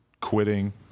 quitting